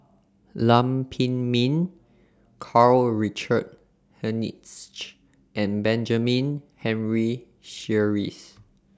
Lam Pin Min Karl Richard Hanitsch and Benjamin Henry Sheares